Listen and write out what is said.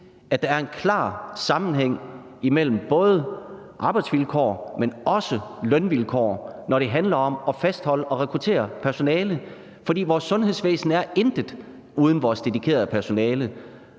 at der er en klar sammenhæng imellem både arbejdsvilkår, men også lønvilkår, når det handler om at fastholde og rekruttere personale. For vores sundhedsvæsen er intet uden vores dedikerede personale,